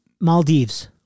Maldives